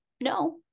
no